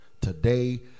Today